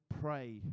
pray